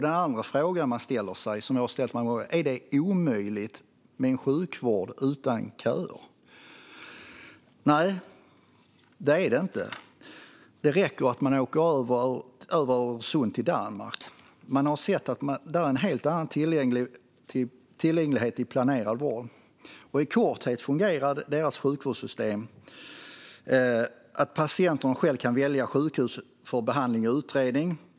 Den andra frågan, som jag har ställt mig många gånger, blir: Är det omöjligt med en sjukvård utan köer? Nej, det är det inte. Det räcker att åka över sundet till Danmark. Där ser man en helt annan tillgänglighet till planerad vård. I korthet fungerar deras sjukvårdssystem så att patienterna själva kan välja sjukhus för behandling och utredning.